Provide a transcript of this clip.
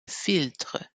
filtre